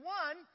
one